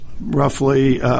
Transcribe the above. roughly –